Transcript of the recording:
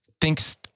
thinks